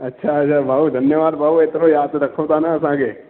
अछा अछा भाऊ धन्यवाद भाऊ ऐतिरो यादि रखो था न असांखे